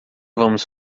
vamos